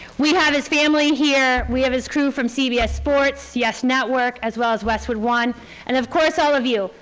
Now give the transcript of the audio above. we have his family here. we have his crew from cbs sports, yes network as well as westwood one, and of course all of you,